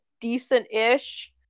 decent-ish